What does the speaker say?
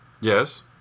Yes